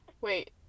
Wait